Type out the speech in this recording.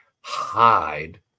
hide